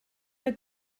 der